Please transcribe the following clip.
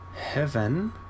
Heaven